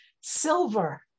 silver